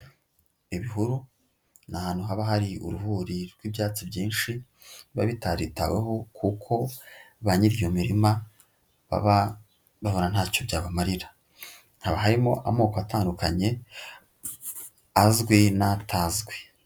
Ibihuru ni ahantu haba hari uruhuri rw'ibyatsi byinshi, biba bitaritaweho kuko banyiri iyo mirima, baba babona ntacyo byabamarira. Haba harimo amoko atandukanye azwi n'atazwi.